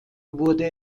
wurde